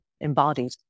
embodied